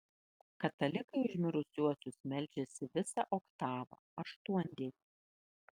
katalikai už mirusiuosius meldžiasi visą oktavą aštuondienį